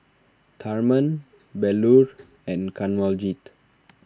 Tharman Bellur and Kanwaljit